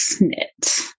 knit